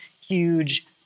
huge